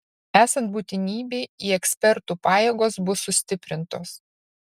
esant būtinybei į ekspertų pajėgos bus sustiprintos